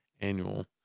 annual